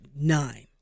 nine